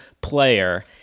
Player